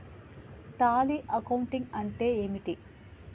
Tally accounting అంటే ఏమిటి?